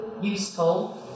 useful